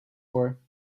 war